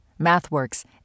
MathWorks